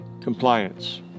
compliance